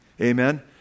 Amen